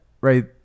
right